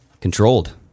Controlled